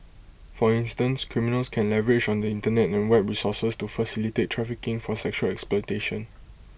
for instance criminals can leverage on the Internet and web resources to facilitate trafficking for sexual exploitation